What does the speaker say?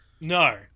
no